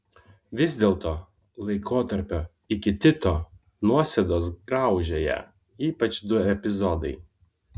vis dėlto laikotarpio iki tito nuosėdos graužė ją ypač du epizodai